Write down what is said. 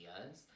ideas